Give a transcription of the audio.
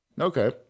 Okay